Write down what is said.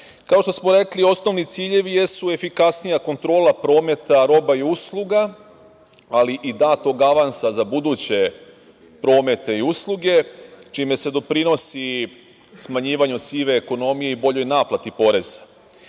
što smo rekli, osnovni ciljevi jesu efikasnija kontrola prometa roba i usluga, ali i datog avansa za buduće promete i usluge, čime se doprinosi i smanjivanju sive ekonomije i boljoj naplati poreza.